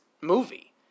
movie